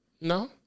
No